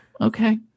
Okay